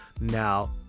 Now